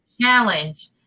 Challenge